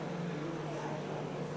עומדים דום?